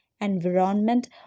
environment